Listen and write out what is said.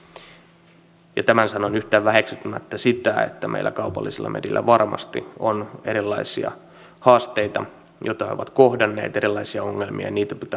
tämän sanon yhtään väheksymättä sitä että meidän kaupallisilla medioilla varmasti on erilaisia haasteita joita he ovat kohdanneet erilaisia ongelmia ja niitä pitää ratkoa